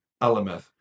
Alameth